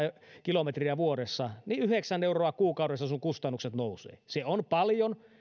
kilometriä vuodessa niin yhdeksän euroa kuukaudessa sinun kustannuksesi nousevat se on paljon